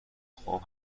خوب